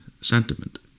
sentiment